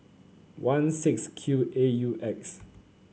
one six Q A U X